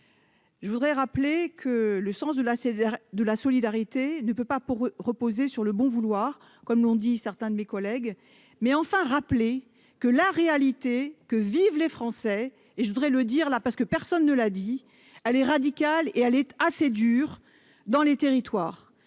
je voudrais rappeler que le sens de la sévère de la solidarité ne peut pas pour reposer sur le bon vouloir, comme l'ont dit certains de mes collègues mais enfin rappelé que la réalité que vivent les Français et je voudrais le dire là, parce que personne ne l'a dit allez radicale et elle est assez dur dans les territoires,